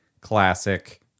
classic